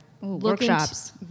Workshops